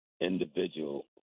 individual